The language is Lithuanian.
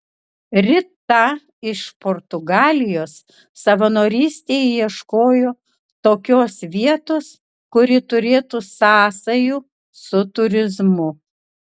rita iš portugalijos savanorystei ieškojo tokios vietos kuri turėtų sąsajų su turizmu